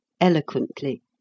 eloquently